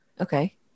okay